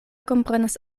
komprenas